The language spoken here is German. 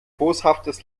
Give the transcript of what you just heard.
boshaftes